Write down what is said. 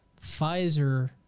Pfizer